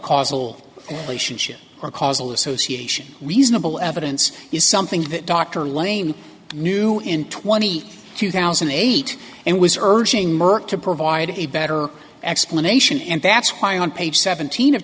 causal relationship or a causal association reasonable evidence is something that dr lame knew in twenty two thousand and eight and was urging merck to provide a better explanation and that's why on page seventeen of